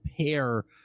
pair